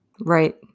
Right